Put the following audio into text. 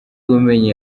ubumenyi